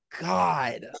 god